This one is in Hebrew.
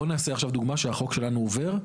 בוא נעשה לכם דוגמא שהחוק שלנו עובר,